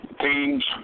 teams